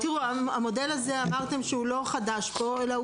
אמרתם שהמודל הזה לא חדש פה אלא גם